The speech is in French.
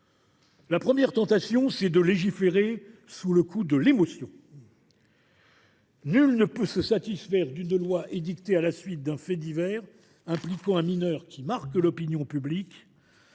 La première serait de légiférer sous le coup de l’émotion. Nul ne peut se satisfaire d’une loi édictée à la suite d’un fait divers, impliquant un mineur qui marque l’opinion publique,